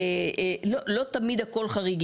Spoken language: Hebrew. לא תמיד הכל חריג.